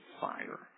fire